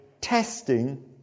testing